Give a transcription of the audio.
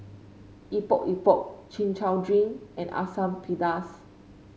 Epok Epok Chin Chow Drink and Asam Pedas